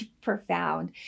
profound